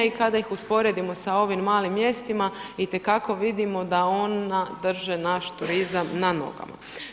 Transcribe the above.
I kada ih usporedimo sa ovim malim mjestima itekako vidimo da ona drže naš turizam na nogama.